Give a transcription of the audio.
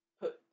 put